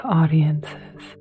audiences